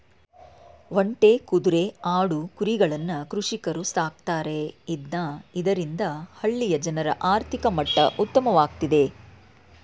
ಒಂಟೆ, ಕುದ್ರೆ, ಆಡು, ಕುರಿಗಳನ್ನ ಕೃಷಿಕರು ಸಾಕ್ತರೆ ಇದ್ನ ಇದರಿಂದ ಹಳ್ಳಿಯ ಜನರ ಆರ್ಥಿಕ ಮಟ್ಟ ಉತ್ತಮವಾಗ್ತಿದೆ